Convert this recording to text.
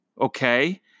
Okay